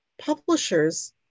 publishers